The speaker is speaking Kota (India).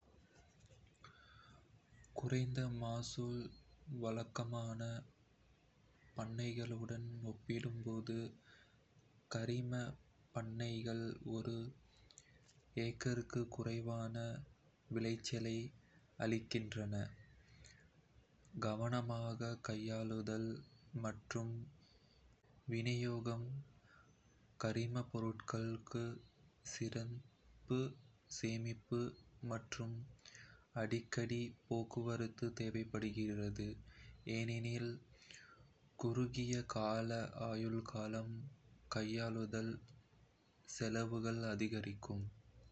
குறைந்த மகசூல் வழக்கமான பண்ணைகளுடன் ஒப்பிடும்போது, ​​கரிமப் பண்ணைகள் ஒரு ஏக்கருக்கு குறைவான விளைச்சலை அளிக்கின்றன. கவனமாக கையாளுதல் மற்றும் விநியோகம் கரிமப் பொருட்களுக்கு சிறப்பு சேமிப்பு மற்றும் அடிக்கடி போக்குவரத்து தேவைப்படுகிறது, ஏனெனில் குறுகிய கால ஆயுட்காலம், கையாளுதல் செலவுகள் அதிகரிக்கும்